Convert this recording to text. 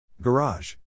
Garage